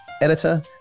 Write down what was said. editor